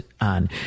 on